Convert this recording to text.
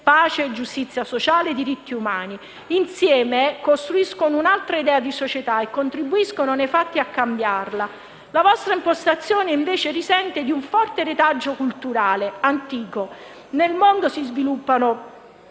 pace e giustizia sociale e diritti umani. Insieme costruiscono un'altra idea di società e contribuiscono nei fatti a cambiarla. La vostra impostazione, invece, risente di un forte retaggio culturale antico. Nel mondo si sviluppano